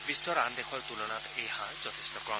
বিশ্বৰ আন দেশৰ তুলনাত এই হাৰ যথেষ্ট কম